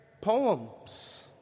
Poems